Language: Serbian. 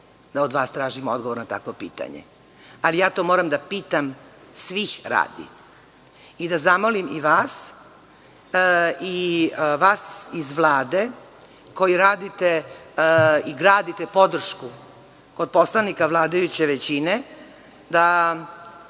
da od vas tražim odgovor na takvo pitanje. Ali, ja to moram da pitam svih radi i da zamolim i vas i vas iz Vlade koji radite i gradite podršku kod poslanika vladajuće većine, da